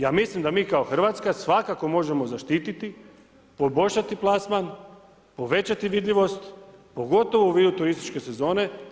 Ja mislim da mi ka Hrvatska svakako možemo zaštiti, poboljšati plasman, povećati vidljivost, pogotovo vi u turističkoj sezoni.